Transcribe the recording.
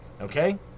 Okay